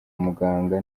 muganga